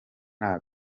nta